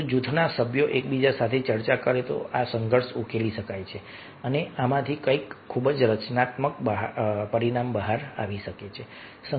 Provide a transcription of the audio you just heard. જો જૂથના સભ્યો એકબીજા સાથે ચર્ચા કરે તો આ સંઘર્ષ ઉકેલી શકાય છે અને આમાંથી કંઈક ખૂબ જ રચનાત્મક બહાર આવી શકે છે